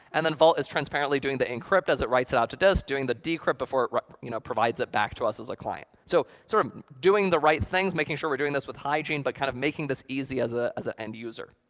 and then vault is transparently doing the encrypt as it writes it out to disk, doing the decrypt before it you know provides it back to us as a client so sort of doing the right things, making sure we're doing this with hygiene, but kind of making this easy as ah an ah end user.